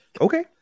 Okay